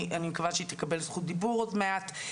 אני מקווה שהיא תקבל זכות דיבור עוד מעט,